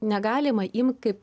negalima imt kaip